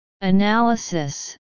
Analysis